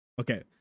Okay